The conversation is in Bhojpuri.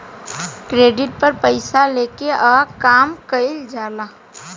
क्रेडिट पर पइसा लेके आ काम कइल जाला